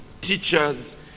teachers